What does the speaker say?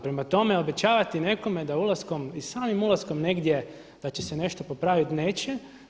Prema tome, obećavati nekome da ulaskom i samim ulaskom negdje da će se nešto popraviti neće.